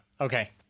okay